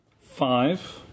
Five